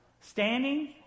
standing